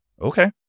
Okay